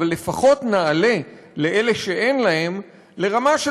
אבל לפחות נעלה לאלה שאין להם לרמה של